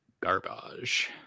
garbage